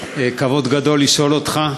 כבוד גדול לשאול אותך,